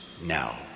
now